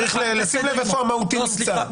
צריך לשים לב איפה ה-"מהותי" נמצא.